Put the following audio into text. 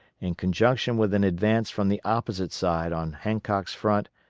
in conjunction with an advance from the opposite side on hancock's front,